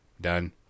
done